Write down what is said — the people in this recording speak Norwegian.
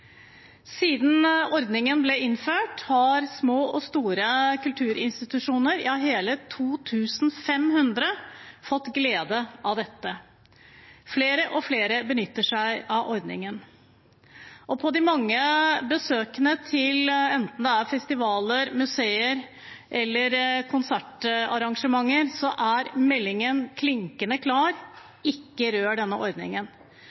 Siden ordningen ble innført, har små og store kulturinstitusjoner – ja, hele 2 500 – fått glede av dette. Flere og flere benytter seg av ordningen. På de mange besøkene til enten festivaler, museer eller konsertarrangementer er meldingen klinkende klar: ikke rør denne ordningen.